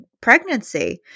pregnancy